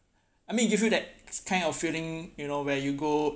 I mean it gives you that it's kind of feeling you know where you go